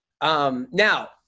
Now